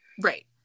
Right